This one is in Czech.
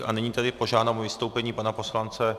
A nyní tedy požádám o vystoupení pana poslance...